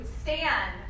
stand